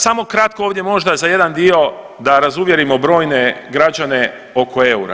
Samo kratko ovdje možda za jedan dio da razuvjerimo brojne građane oko eura.